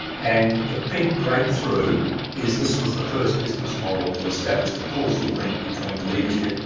and the big breakthrough is this was the first business model that established a causal link between leadership,